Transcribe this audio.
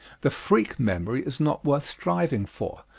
the freak memory is not worth striving for,